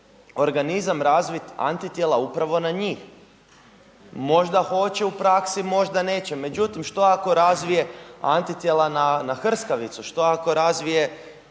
organizam razvit antitijela upravo na njih. Možda hoće u praksi, može neće međutim što ako razvije antitijela na hrskavicu, što ako razvije